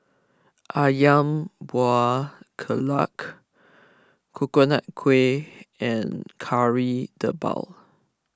Ayam Buah Keluak Coconut Kuih and Kari Debal